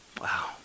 Wow